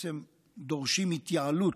בעצם דורשים התייעלות,